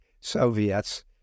Soviets